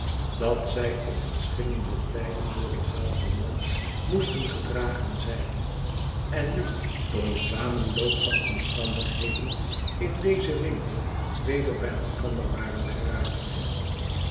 dat zij op verschillende tijden door denzelfden man moesten gedragen zijn en nu door een sarnenloop van omstandigheden in dezen winkel weder bij elkander waren geraakt